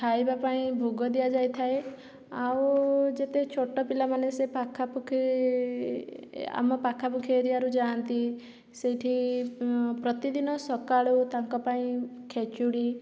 ଖାଇବା ପାଇଁ ଭୋଗ ଦିଆଯାଇଥାଏ ଆଉ ଯେତେ ଛୋଟ ପିଲାମାନେ ସେ ପାଖାପାଖି ଆମ ପାଖାପାଖି ଏରିଆରୁ ଯାଆନ୍ତି ସେହିଠି ପ୍ରତିଦିନ ସକାଳୁ ତାଙ୍କ ପାଇଁ ଖେଚୁଡ଼ି